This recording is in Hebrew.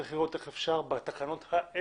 צריך לראות איך אפשר לעשות זאת בתקנות האלו,